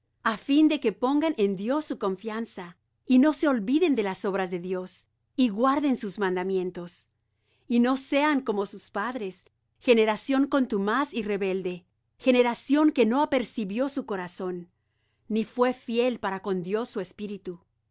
a fin de que pongan en dios su confianza y no se olviden de las obras de dios y guarden sus mandamientos y no sean como sus padres generación contumaz y rebelde generación que no apercibió su corazón ni fué fiel para con dios su espíritu